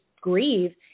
grieve